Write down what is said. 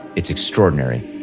it's extraordinary.